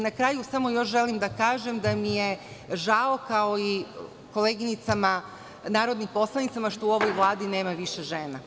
Na kraju želim da kažem da mi je žao kao i koleginicama narodnim poslanicima, što u ovoj Vladi nema više žena.